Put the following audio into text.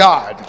God